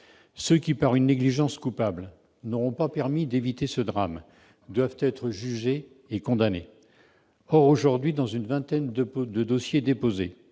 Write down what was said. Ceux qui, par une négligence coupable, n'auront pas permis d'éviter ce drame doivent être jugés et condamnés. Or, aujourd'hui, pour une vingtaine de dossiers déposés